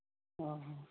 ꯑꯣ